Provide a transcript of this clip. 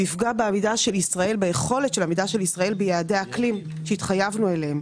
יפגע ביכולת של עמידה של ישראל ביעדי האקלים שהתחייבנו אליהם.